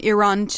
Iran